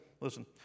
Listen